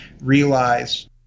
realize